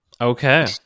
okay